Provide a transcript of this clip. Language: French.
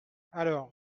alors